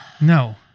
No